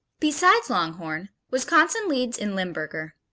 besides longhorn, wisconsin leads in limburger.